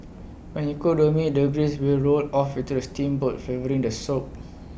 when you cook the meats the grease will roll off into A steamboat flavouring the soup